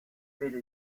vede